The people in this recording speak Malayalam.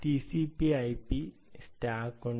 ടിസിപി ഐപി സ്റ്റാക്ക് ഉണ്ട്